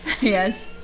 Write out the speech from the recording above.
yes